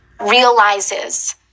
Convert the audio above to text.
Realizes